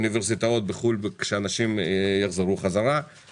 תושבים חוזרים